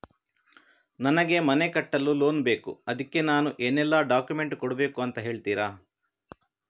ನನಗೆ ಮನೆ ಕಟ್ಟಲು ಲೋನ್ ಬೇಕು ಅದ್ಕೆ ನಾನು ಏನೆಲ್ಲ ಡಾಕ್ಯುಮೆಂಟ್ ಕೊಡ್ಬೇಕು ಅಂತ ಹೇಳ್ತೀರಾ?